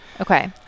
Okay